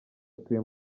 atuye